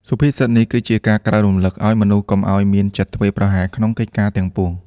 សុភាសិតនេះគឺជាការក្រើនរំលឹកឱ្យមនុស្សកុំឱ្យមានចិត្តធ្វេសប្រហែសក្នុងកិច្ចការទាំងពួង។